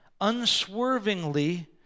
unswervingly